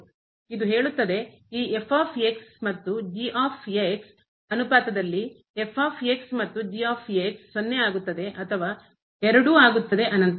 ಇದು ಹೇಳುತ್ತದೆ ಈ ಮತ್ತು ಅನುಪಾತದಲ್ಲಿ ಮತ್ತು 0 ಆಗುತ್ತದೆ ಅಥವಾ ಎರಡೂ ಆಗುತ್ತದೆ ಅನಂತ